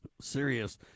serious